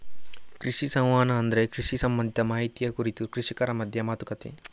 ಕೃಷಿ ಸಂವಹನ ಅಂದ್ರೆ ಕೃಷಿ ಸಂಬಂಧಿತ ಮಾಹಿತಿಯ ಕುರಿತು ಕೃಷಿಕರ ಮಧ್ಯ ಮಾತುಕತೆ